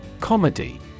Comedy